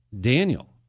Daniel